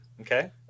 Okay